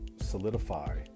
solidify